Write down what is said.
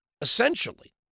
essentially